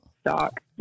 stock